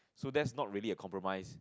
so that's not really a compromise